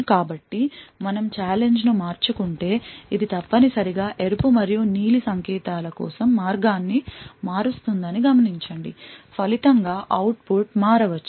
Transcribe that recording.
కాబట్టి మనం ఛాలెంజ్ ను మార్చుకుంటే అది తప్పనిసరిగా ఎరుపు మరియు నీలి సంకేతాల కోసం మార్గాన్ని మారుస్తుందని గమనించండి ఫలితంగా అవుట్పుట్ మారవచ్చు